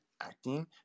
acting